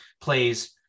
plays